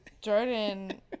jordan